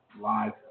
live